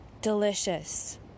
delicious